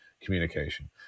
communication